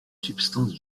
substance